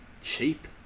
cheap